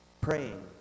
Praying